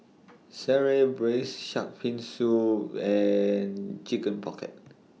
Sireh Braised Shark Fin Soup and Chicken Pocket